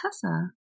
Tessa